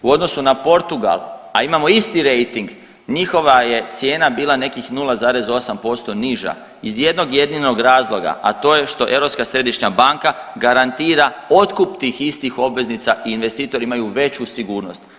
U odnosu na Portugal, a imamo isti rejting, njihova je cijena bila nekih 0,8% niža iz jednog jedinog razloga, a to je što Europska središnja banka garantira otkup tih istih obveznica i investitori imaju veću sigurnost.